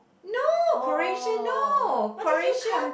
no Croatia no Croatia